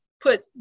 Put